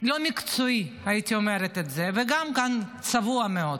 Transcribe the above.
לא מקצועי, הייתי אומרת, וגם צבוע מאוד.